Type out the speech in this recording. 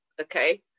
Okay